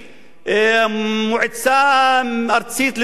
המועצה הארצית לתכנון,